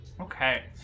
Okay